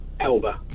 Elba